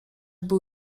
był